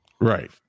Right